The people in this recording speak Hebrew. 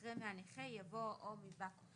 אחרי "מהנכה" יבוא "או מבא כוחו".